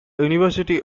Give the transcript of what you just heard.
university